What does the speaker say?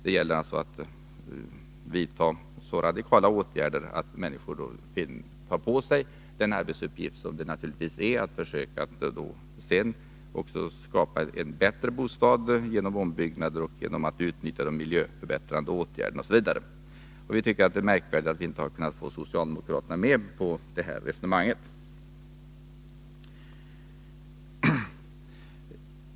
Det gäller alltså att vidta så radikala åtgärder att människor tar på sig den arbetsuppgift som det naturligtvis är att sedan försöka skapa en bättre bostad genom ombyggnad och miljöförbättringar m.m. Vi tycker det är märkligt att vi inte har kunnat få socialdemokraterna med på det här resonemanget.